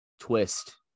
twist